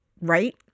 right